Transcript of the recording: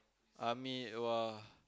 army !wah!